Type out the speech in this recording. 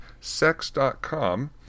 sex.com